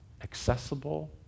accessible